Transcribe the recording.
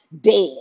dead